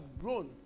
grown